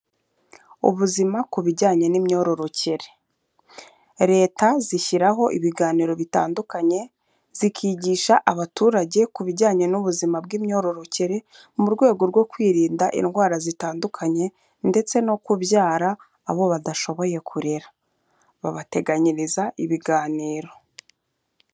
Ubuzima ku bijyanye n'imyororokere, leta zishyiraho ibiganiro bitandukanye zikigisha abaturage ku bijyanye n'ubuzima bw'imyororokere, mu rwego rwo kwirinda indwara zitandukanye ndetse no kubyara abo badashoboye kurera, babateganyiriza ibiganiro.